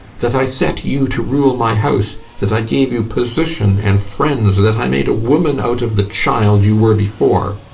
that i set you to rule my house, that i gave you position and friends, that i made a woman out of the child you were before?